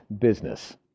business